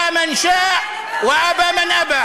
ירצה מי שירצה וימאן מי